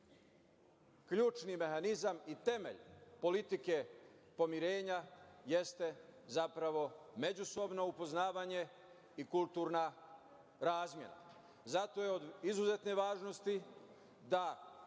ključni mehanizam i temelj politike pomirenja jeste zapravo međusobno upoznavanje i kulturna razmena. Zato je od izuzetne važnosti da